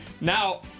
Now